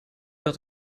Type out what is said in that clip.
dat